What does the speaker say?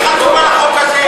קראתי את החוק.